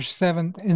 seventh